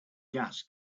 gas